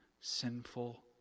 sinful